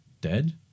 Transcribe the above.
dead